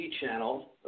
channel